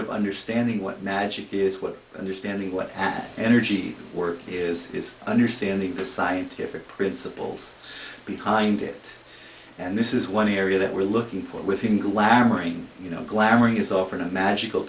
of understanding what magic is what understanding what at energy work is is understanding the scientific principles behind it and this is one area that we're looking for within glamorizing you know glaring is often a magical